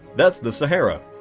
that's the sahara.